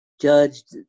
judged